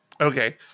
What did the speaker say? Okay